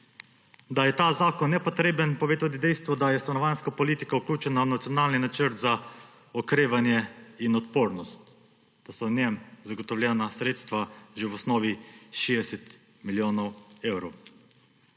Da je ta zakon nepotreben, pove tudi dejstvo, da je stanovanjska politika vključena v Nacionalni načrt za okrevanje in odpornost, da so v njem zagotovljena sredstva, že v osnovi 60 milijonov evrov.